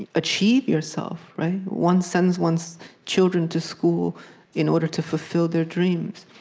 achieve yourself one sends one's children to school in order to fulfill their dreams.